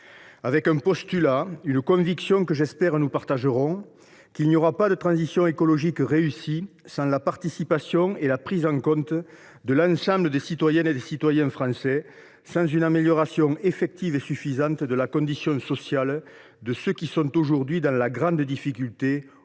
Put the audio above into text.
du postulat suivant une conviction que, je l’espère, nous partagerons tous : il n’y aura pas de transition écologique réussie sans la participation et la prise en compte de l’ensemble des citoyennes et des citoyens français, sans une amélioration effective et suffisante de la condition sociale de ceux qui sont aujourd’hui dans une grande difficulté ou dans